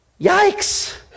Yikes